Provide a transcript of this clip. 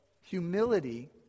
humility